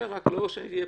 רק שלא נהיה פינג-פונג.